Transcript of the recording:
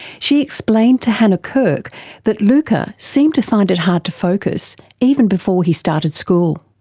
she explained to hannah kirk that luca seemed to find it hard to focus, even before he started school.